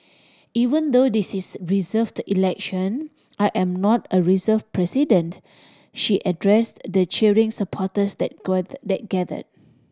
even though this is reserved election I am not a reserved president she addressed the cheering supporters that gathered